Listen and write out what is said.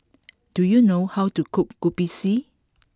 do you know how to cook Kopi C